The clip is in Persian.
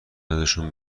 ازشون